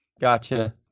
gotcha